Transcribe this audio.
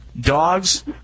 Dogs